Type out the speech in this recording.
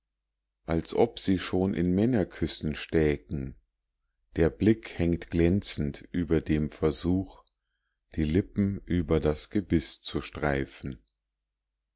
als ob sie schon in männerküssen stäken der blick hängt glänzend über dem versuch die lippen über das gebiß zu streifen